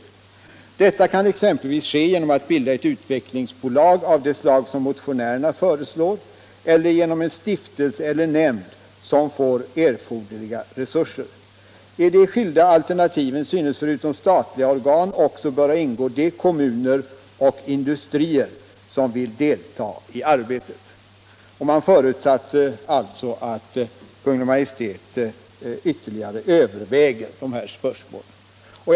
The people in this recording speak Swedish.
Detta kan exempelvis ske genom att bilda ett utvecklingsbolag av det slag som motionärerna föreslår eller genom en stiftelse eller nämnd som får erforderliga resurser. I de skilda alternativen synes förutom statliga organ också böra ingå de kommuner och industrier som vill delta i arbetet.” Man förutsatte alltså att Kungl. Maj:t ytterligare skulle överväga detta spörsmål.